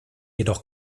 jedoch